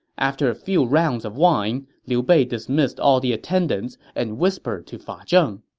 after a few rounds of wine, liu bei dismissed all the attendants and whispered to fa zheng,